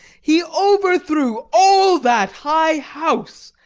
he overthrew all that high house.